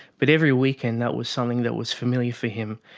but every weekend that was something that was familiar for him.